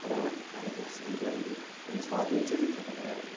അതാണ് അൻറ്റപ്പനാട്സ് എൻ്റെ ഒരു എന്നേ സ്വാധീനിച്ച ചിത്രകലാകാരൻ